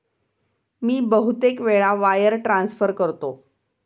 मी बहुतेक वेळा wire transfer करतो